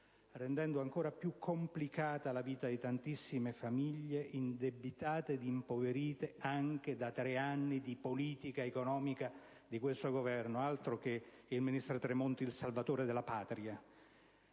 rendendo così ancor più complicata la vita di tantissime famiglie indebitate e impoverite anche da tre anni di politica economica di questo Governo. Altro che ministro Tremonti salvatore della Patria!